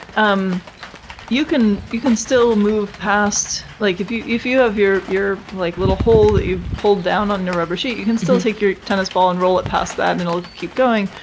um you can you can still move past. like if you if you have your your like little hole where you pulled down on the rubber sheet, you can still take your tennis ball and roll it past that and it'll keep going.